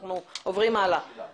ע'אדיר, בבקשה.